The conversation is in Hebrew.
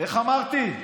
איך אמרתי,